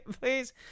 please